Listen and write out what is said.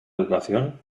educación